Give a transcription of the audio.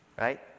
right